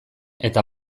eta